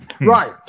right